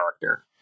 character